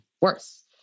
worse